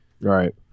Right